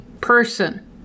person